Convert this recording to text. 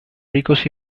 ricos